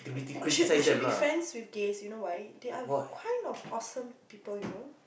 you should you should be friends with gays you know why they are kind of awesome people you know